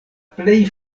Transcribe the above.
plej